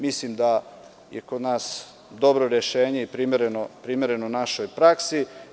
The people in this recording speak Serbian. Mislim da je kod nas dobro rešenje i primereno našoj praksi.